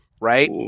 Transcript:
Right